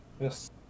Yes